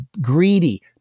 greedy